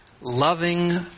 loving